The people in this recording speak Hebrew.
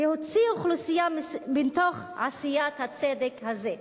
להוציא אוכלוסייה מתוך עשיית הצדק הזה.